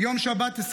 אדוני, לסיום.